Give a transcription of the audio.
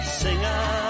singer